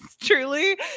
Truly